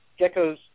Geckos